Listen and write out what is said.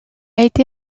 été